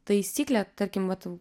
taisyklė tarkim vat